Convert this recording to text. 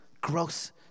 gross